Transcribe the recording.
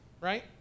right